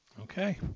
Okay